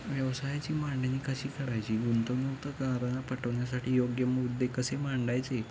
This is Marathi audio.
व्यवसायाची मांडणी कशी करायची गुंतवणूकत कारांना पाटवण्यासाठी योग्य मुद्दे कसे मांडायचे